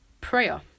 prayer